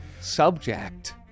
subject